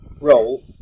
role